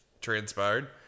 transpired